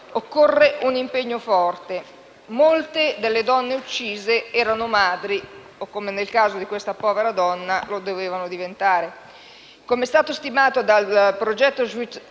Occorre un impegno forte. Molte delle donne uccise erano madri o, come nel caso di questa povera donna, lo dovevano diventare. Come è stato stimato dal progetto Switch-off,